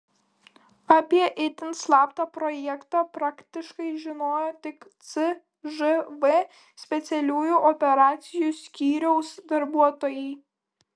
apie itin slaptą projektą praktiškai žinojo tik cžv specialiųjų operacijų skyriaus darbuotojai